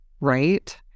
right